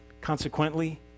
Consequently